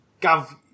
Gav